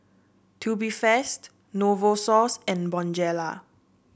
Tubifast Novosource and Bonjela